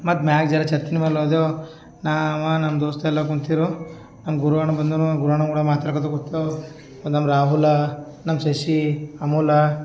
ಮತ್ತು ಮ್ಯಾಗೆ ಜರಾ ಛತ್ತಿನ ಮ್ಯಾಲೆ ಹೋದೆವು ನಾವು ನಮ್ಮ ದೋಸ್ತೆಲ್ಲ ಕುಂತಿರೋ ನಮ್ಮ ಗುರುವಣ್ಣ ಬಂದನೋ ಗುರಣ್ಣ ಕೂಡ ಮಾತಾಡ್ಕೋತ ಕೂತಿದೆವು ನಮ್ಮ ರಾಹುಲ ನಮ್ಮ ಶಶಿ ಅಮುಲಾ